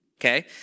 Okay